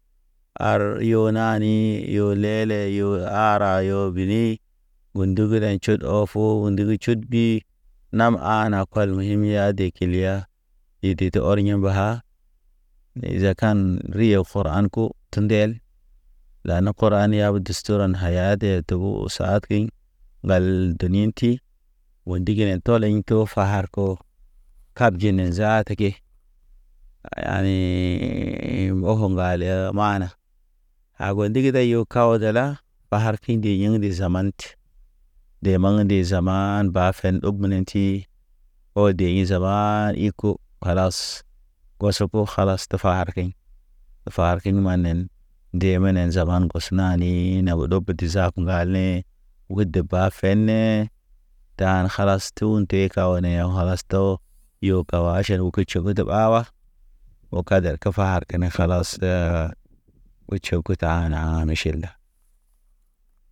Yo lele yo ara yo bini. Gu ndug da tʃut ɔ fo gu ndug tʃut ɓi nam ha na kɔl me him ya de kil ya. I di te ɔr ye mba ha, zakan riyo fɔr an ko, tunde el. Too saad keɲ. Ŋgal deni yen ti o ndiginen tɔ lḛɲ to far ko, kab ji ne zaata ke. Yani mboko ŋgale mana a go ndigi da yew kaw dala, ɓar kinde yḛŋ de zaman. De maŋ de zaman bafen ogbenen ti. O de i zamaa i ko, kalas, koso ko kalas te far keɲ, far kin manen. Nde menen zaman ŋgos naani ina o ɗopoti zak ŋgal ne. Wud de ba fene, tan kalas tun te kaw ne walas to, yo gawa aʃan uketʃe de ɓawa. O kader ke far kene kalas te u tʃew ke tana miʃil da.